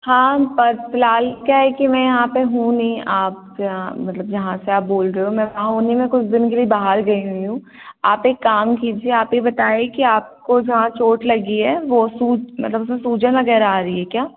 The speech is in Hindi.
हाँ पर फ़िलहाल क्या है कि मैं यहाँ पर हूँ नहीं आप मतलब जहाँ से बोल रहे हो मैं हाँ उन्हीं मैं कुछ दिन के लिए बाहर गई हुई हूँ आप एक काम कीजिए आप यह बताएँ कि आपको जहाँ चोट लगी है वह सूज मतलब उसमें सूजन वगैरह आ रही है क्या